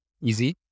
easy